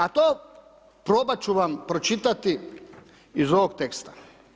A to, probati ću vam pročitati iz ovog teksta.